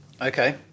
Okay